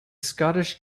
scottish